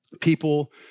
People